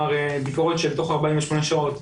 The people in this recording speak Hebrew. ביקורת של תוך 48 שעות,